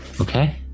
Okay